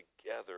together